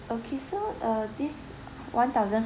okay so uh this one thousand